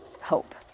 hope